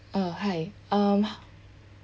uh hi um